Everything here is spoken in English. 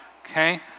okay